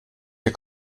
der